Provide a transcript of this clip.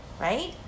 right